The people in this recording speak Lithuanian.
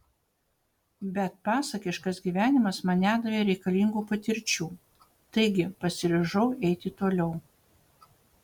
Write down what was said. bet pasakiškas gyvenimas man nedavė reikalingų patirčių taigi pasiryžau eiti toliau